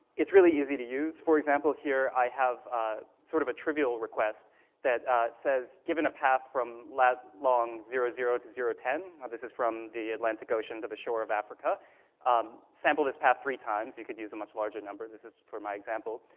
it's really easy to use. for example, here i have ah sort of a trivial request that says, given a path from lat. long. zero zero to zero ten this is from the atlantic ocean to the shore of africa um sample this path three times. you could use a much larger number. this is for my example.